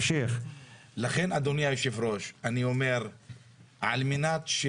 לכן, אדוני היושב-ראש, כדי להבטיח